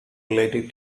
relative